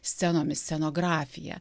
scenomis scenografija